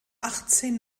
achtzehn